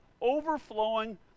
overflowing